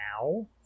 now